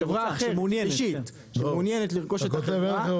חברה אחרת אישית שמעוניינת לקלוט את החברה,